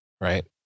Right